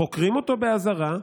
חוקרים אותו באזהרה,